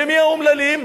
ומי האומללים?